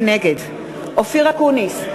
נגד אופיר אקוניס,